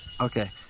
Okay